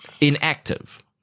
Inactive